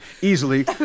easily